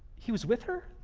he was with her?